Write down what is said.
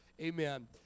Amen